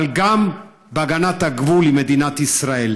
אבל גם על הגנת הגבול עם מדינת ישראל.